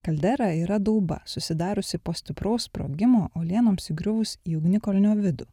kaldera yra dauba susidariusi po stipraus sprogimo uolienoms įgriuvus į ugnikalnio vidų